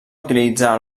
utilitzar